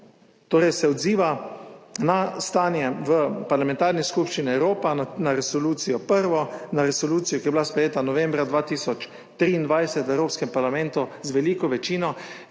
torej se odziva na stanje v parlamentarni skupščini Evropa, na resolucijo, prvo, na resolucijo, ki je bila sprejeta novembra 2023 v Evropskem parlamentu z veliko večino,